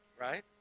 right